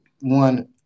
one